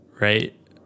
right